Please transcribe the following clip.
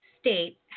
state